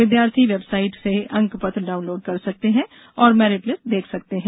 विद्यार्थी वेबसाइट से अंक पत्र डाउनलोड कर सकते हैं और मेरिट लिस्ट देख सकते हैं